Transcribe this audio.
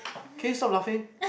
can you stop laughing